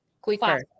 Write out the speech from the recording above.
quicker